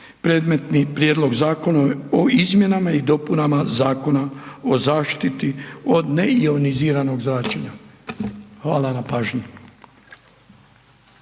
predmetni Prijedlog Zakona o izmjenama i dopunama Zakona o zaštiti od neioniziranog zračenja. Hvala na pažnji.